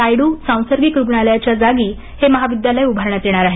नायडू सांसर्गिक रुग्णालयाच्या जागी हे महाविद्यालय उभारण्यात येणार आहे